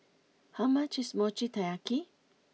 how much is Mochi Taiyaki